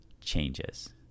changes